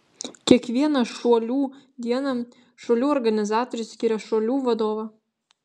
kiekvieną šuolių dieną šuolių organizatorius skiria šuolių vadovą